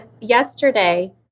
yesterday